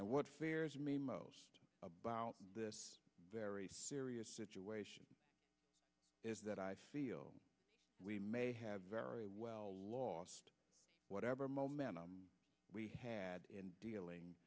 and what me most about this very serious situation is that i feel we may have very well lost whatever momentum we had in dealing